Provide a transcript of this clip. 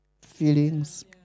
feelings